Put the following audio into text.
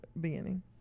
beginning